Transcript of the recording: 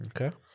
Okay